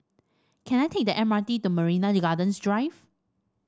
can I take the M R T to Marina Gardens Drive